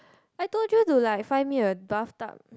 I told you to like find me a bathtub